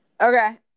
Okay